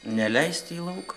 neleisti į lauką